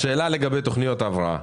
לגבי תכניות הבראה.